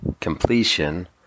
completion